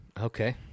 Okay